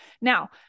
Now